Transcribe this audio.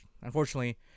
unfortunately